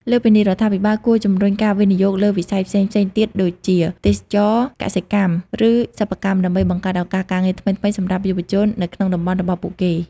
លើសពីនេះ រដ្ឋាភិបាលគួរជំរុញការវិនិយោគលើវិស័យផ្សេងៗទៀតដូចជា ទេសចរណ៍កសិកម្ម ឬសិប្បកម្ម ដើម្បីបង្កើតឱកាសការងារថ្មីៗសម្រាប់យុវជននៅក្នុងតំបន់របស់ពួកគេ។